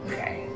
Okay